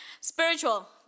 spiritual